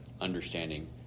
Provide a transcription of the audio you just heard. understanding